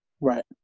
Right